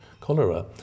cholera